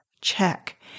check